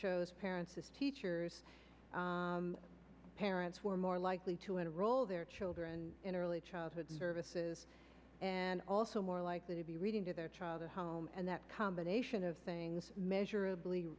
shows parents as teachers parents were more likely to enroll their children in early childhood services and also more likely to be reading to their child at home and that combination of things measurably